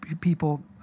people